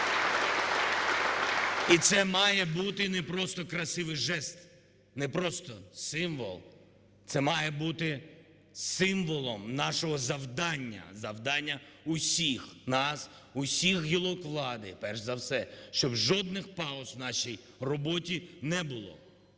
І це має бути не просто красивий жест, не просто символ – це має бути символом нашого завдання, завдання усіх нас, усіх гілок влади перш за все. Щоб жодних пауз в нашій роботі не було,